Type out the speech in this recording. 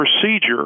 procedure